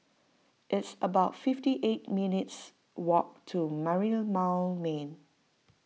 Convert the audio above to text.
it's about fifty eight minutes walk to Merlimau Lane